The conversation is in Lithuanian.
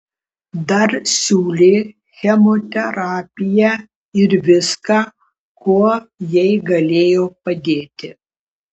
dar siūlė chemoterapiją ir viską kuo jai galėjo padėti